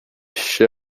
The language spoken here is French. che